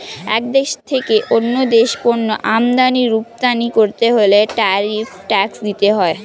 এক দেশ থেকে অন্য দেশে পণ্য আমদানি রপ্তানি করতে হলে ট্যারিফ ট্যাক্স দিতে হয়